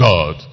God